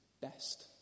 best